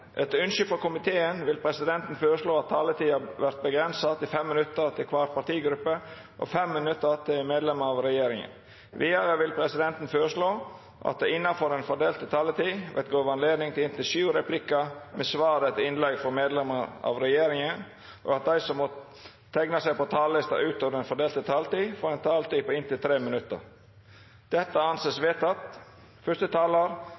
Etter ønske frå justiskomiteen vil presidenten føreslå at taletida vert avgrensa til 5 minutt til kvar partigruppe og 5 minutt til medlemer av regjeringa. Vidare vil presidenten føreslå at det – innanfor den fordelte taletida – vert gjeve anledning til inntil seks replikkar med svar etter innlegg frå medlemer av regjeringa, og at dei som måtte teikna seg på talarlista utover den fordelte taletida, får ei taletid på inntil 3 minutt.